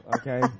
Okay